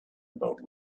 about